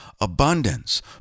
abundance